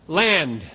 land